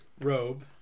robe